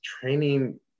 training